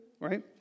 right